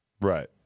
Right